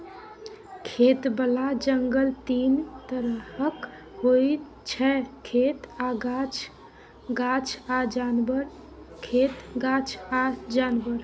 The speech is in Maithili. खेतबला जंगल तीन तरहक होइ छै खेत आ गाछ, गाछ आ जानबर, खेत गाछ आ जानबर